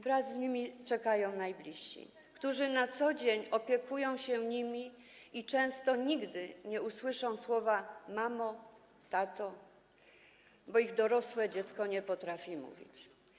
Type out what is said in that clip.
Wraz z nimi czekają najbliżsi, którzy na co dzień opiekują się nimi i często nigdy nie usłyszą słów: mamo, tato, bo ich dorosłe dziecko nie potrafi mówić.